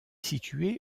situé